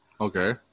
Okay